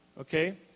okay